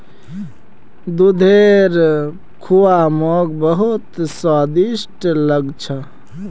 दूधेर खुआ मोक बहुत स्वादिष्ट लाग छ